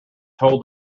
hold